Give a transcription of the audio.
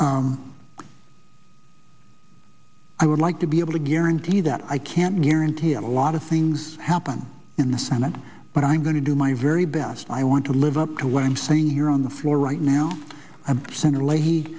i would like to be able to guarantee that i can't guarantee a lot of things happen in the senate but i'm going to do my very best i want to live up to what i'm saying here on the floor right now